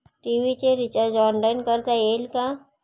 TV चे recharge online करता येईल का?